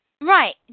Right